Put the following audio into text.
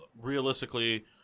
realistically